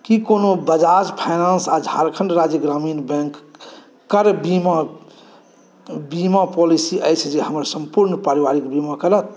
की कोनो बजाज फाइनान्स आओर झारखण्ड राज्य ग्रामीण बैंकके बीमा पॉलिसी अछि जे हमर सम्पूर्ण परिवारके बीमा करत